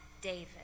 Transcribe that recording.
David